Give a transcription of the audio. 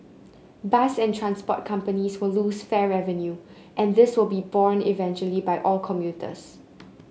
bus and transport companies will lose fare revenue and this will be borne eventually by all commuters